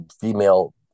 female